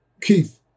Keith